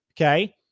Okay